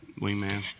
Wingman